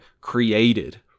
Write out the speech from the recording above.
created